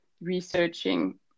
researching